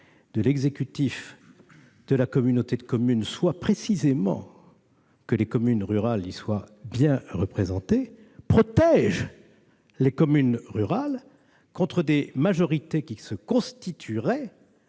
de l'exécutif de la communauté de communes soit précisément que les communes rurales y soient bien représentées protège les communes rurales contre des majorités qui se constitueraient